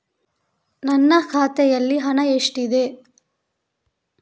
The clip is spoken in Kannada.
ನನ್ನ ಖಾತೆಯಲ್ಲಿ ಹಣ ಎಷ್ಟಿದೆ?